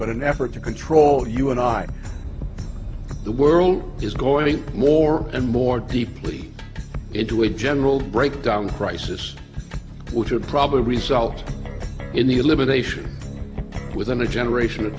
but an effort to control you and i the world is going more and more deeply into a general breakdown crisis which would probably result in the elimination within a generation of